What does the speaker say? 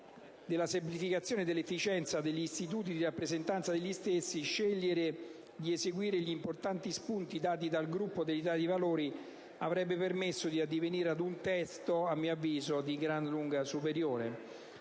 della semplificazione e dell'efficienza degli istituti di rappresentanza degli stessi, scegliere di seguire gli importanti spunti dati dal Gruppo dell'Italia dei Valori avrebbe permesso di addivenire ad un testo - a mio avviso - di gran lunga superiore.